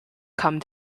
come